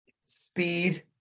Speed